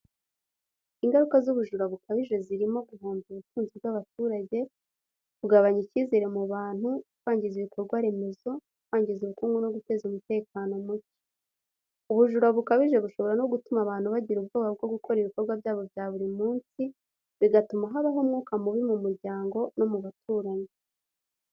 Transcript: Ingaruka z’ubujura bukabije zirimo guhombya ubutunzi bw’abaturage, kugabanya icyizere mu bantu, kwangiza ibikorwaremezo, kwangiza ubukungu no guteza umutekano muke. Ubujura bukabije bushobora no gutuma abantu bagira ubwoba bwo gukora ibikorwa byabo bya buri munsi, bigatuma habaho umwuka mubi mu muryango no mu baturanyi.